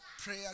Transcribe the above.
prayer